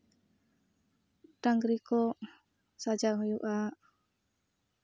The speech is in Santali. ᱰᱟᱝᱨᱤ ᱠᱚ ᱥᱟᱡᱟᱣ ᱦᱩᱭᱩᱜᱼᱟ